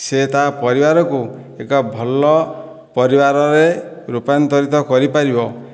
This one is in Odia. ସେ ତା' ପରିବାରକୁ ଏକ ଭଲ ପରିବାରରେ ରୂପାନ୍ତରିତ କରିପାରିବ